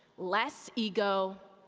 less ego,